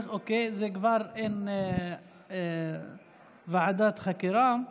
כבר אין צורך בוועדת חקירה.